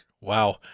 Wow